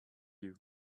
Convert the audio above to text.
you